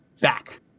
back